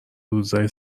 روزای